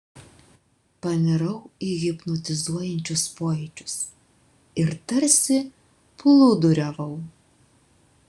panirau į hipnotizuojančius pojūčius ir tarsi plūduriavau